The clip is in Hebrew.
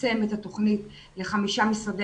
לצמצם את התוכנית לחמישה משרדי